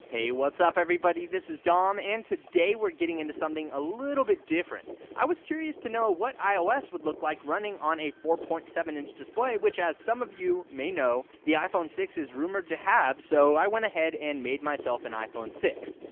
hey what's up everybody this is dom and today we're getting into something a little bit different i was curious to know what i less would look like running on a four point seven inch display which has some of you may know the iphone six is rumored to have so i went ahead and made myself an and iphone six.